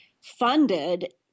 funded